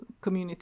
community